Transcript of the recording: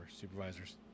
Supervisors